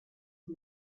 and